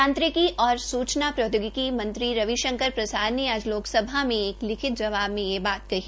यांत्रिकी और सूचना व प्रौद्योगिकी मंत्री रविशंकर प्रसाद ने आज लोकसभा में एक लिखित जवाब में यह बात कही